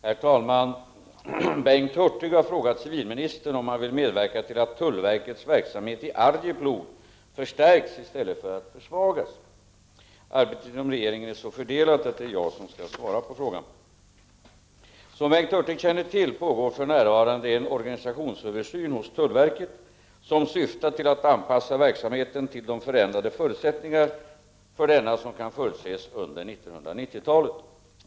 Herr talman! Bengt Hurtig har frågat civilministern om han vill medverka till att tullverkets verksamhet i Arjeplog förstärks i stället för försvagas. Arbetet inom regeringen är så fördelat att det är jag som skall svara på frågan. Som Bengt Hurtig känner till pågår för närvarande en organisationsöversyn hos tullverket som syftar till att anpassa verksamheten till de förändrade förutsättningar för denna som kan förutses under 1990-talet.